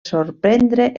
sorprendre